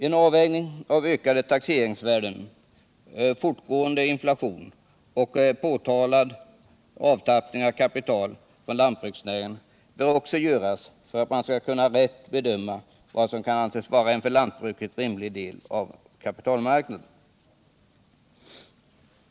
En avvägning av ökade taxeringsvärden, fortgående inflation och påtalad avtappning av kapital från lantbruksnäringen bör också göras för att man skall kunna rätt bedöma vad som kan anses vara en för lantbruket rimlig del av kapitalmarknaden.